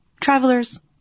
Travelers